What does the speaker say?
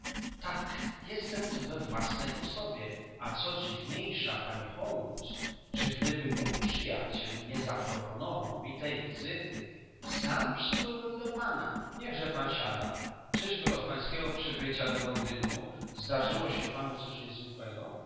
tak jestem tu we własnej osobie a co dziwniejsza panie holmes że gdyby mój przyjaciel nie zaproponował mi tej wizyty sam przybyłbym do pana niechże pan siada czyżby od pańskiego przybycia do londynu zdarzyłoby się panu coś niezwykłego